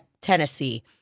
Tennessee